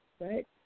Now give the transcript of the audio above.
right